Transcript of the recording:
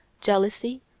jealousy